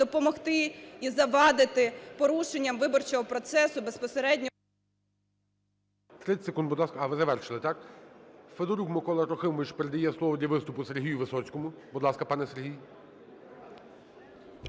допомогти і завадити порушенням виборчого процесу безпосередньо…